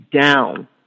down